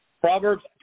Proverbs